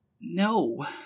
No